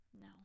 No